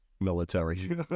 Military